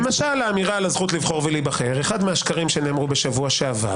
למשל האמירה על הזכות לבחור ולהיבחר.